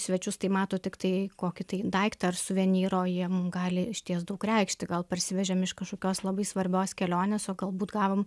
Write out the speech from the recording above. svečius tai mato tiktai kokį daiktą ar suvenyrą o jiem gali išties daug reikšti gal parsivežėm iš kažkokios labai svarbios kelionės o galbūt gavom